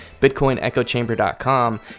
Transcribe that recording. bitcoinechochamber.com